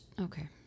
okay